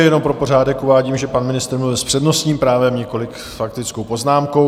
Jenom pro pořádek uvádím, že pan ministr s přednostním právem, nikoliv s faktickou poznámkou.